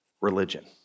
religion